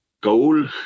goal